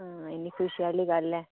आं इन्नी खुशी आह्ली गल्ल ऐ